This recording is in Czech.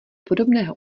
podobného